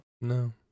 No